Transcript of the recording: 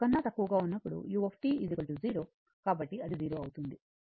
కాబట్టి t 0 కన్నా తక్కువగా ఉన్నప్పుడు u 0 కాబట్టి అది 0 అవుతుంది